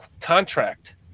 contract